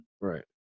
Right